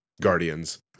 guardians